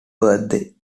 birthday